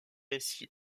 ainsi